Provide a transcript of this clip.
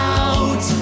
out